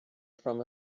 from